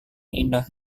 indah